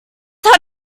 such